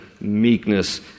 meekness